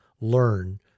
learn